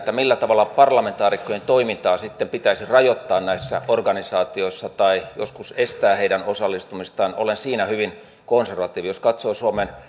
millä tavalla parlamentaarikkojen toimintaa sitten pitäisi rajoittaa näissä organisaatioissa tai joskus estää heidän osallistumistaan olen hyvin konservatiivi jos katsoo suomen